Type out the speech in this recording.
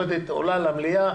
יורדת ועולה למליאה,